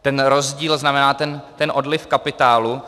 Ten rozdíl znamená ten odliv kapitálu .